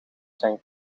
zijn